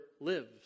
lives